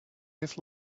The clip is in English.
his